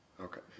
Okay